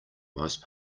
most